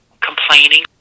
complaining